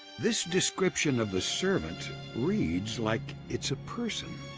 this description of the servant reads like it's a person,